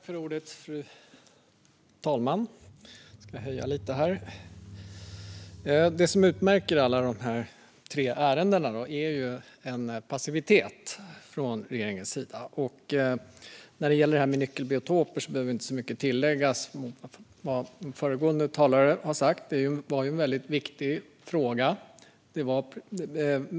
Fru talman! Det som utmärker alla de tre ärendena är passivitet från regeringens sida. När det gäller nyckelbiotoper behöver inte så mycket läggas till vad föregående talare har sagt. Det är en viktig fråga.